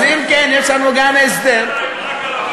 אז אם כן, יש לנו גם הסדר, מה קרה,